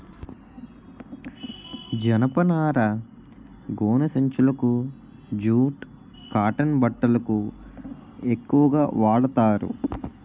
జనపనార గోనె సంచులకు జూట్ కాటన్ బట్టలకు ఎక్కువుగా వాడతారు